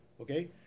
Okay